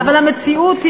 אבל המציאות,